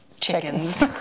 chickens